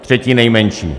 Třetí nejmenší.